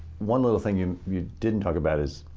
one little thing you you didn't talk about is,